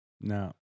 No